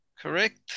correct